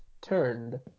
turned